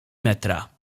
metra